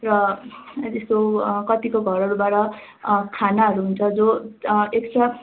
र त्यस्तो कतिको घरहरूबाट खानाहरू हुन्छ जो एक्स्ट्रा